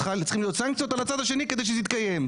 צריכות להיות סנקציות על הצד השני כדי שזה יתקיים.